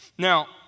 Now